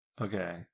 okay